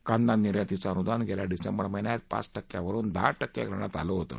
कांदा निर्यातीचं अनुदान गेल्या डिसेंबर महिन्यात पाच टक्क्यांवरून दहा टक्के करण्यात आलं होतं